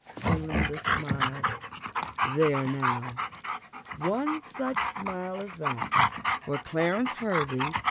belinda smiled there now one such smile as that for clarence hervey,